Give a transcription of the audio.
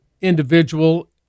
individual